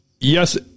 yes